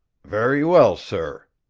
very well, sir,